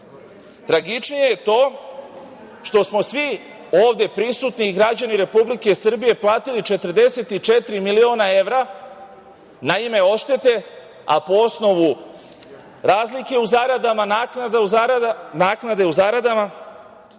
Tragičnije je to što smo svi ovde prisutni građani Republike Srbije platili 44 miliona evra na ime oštete, a po osnovu razlike u zaradama, naknade u zaradama